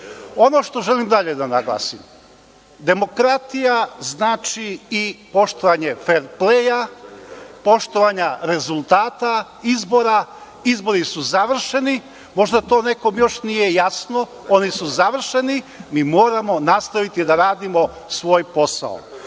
što želim dalje da naglasim, demokratija znači i poštovanje fer pleja, poštovanja rezultata izbora. Izbori su završeni. Možda to još nekome nije jasno, oni su završeni i moramo nastaviti da radimo svoj posao.